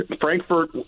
Frankfurt